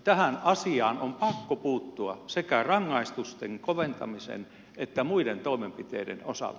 tähän asiaan on pakko puuttua sekä rangaistusten koventamisen että muiden toimenpiteiden osalta